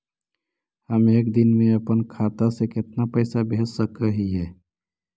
हम एक दिन में अपन खाता से कितना पैसा भेज सक हिय?